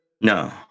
no